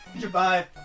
Goodbye